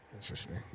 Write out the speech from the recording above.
Interesting